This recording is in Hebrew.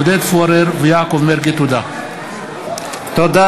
עודד פורר ויעקב מרגי בנושא: מצוקה תעסוקתית בקרב העולים מצרפת,